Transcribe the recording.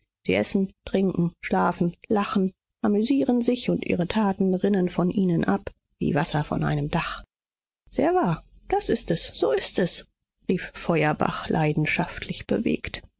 sie essen trinken schlafen lachen amüsieren sich und ihre taten rinnen von ihnen ab wie wasser von einem dach sehr wahr das ist es so ist es rief feuerbach leidenschaftlich bewegt